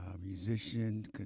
Musician